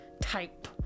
type